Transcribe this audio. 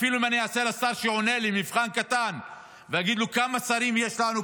אפילו אם אני אעשה לשר שעונה לי מבחן קטן ואגיד לו: כמה שרים יש לנו,